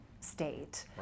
state